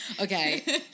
Okay